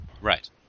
right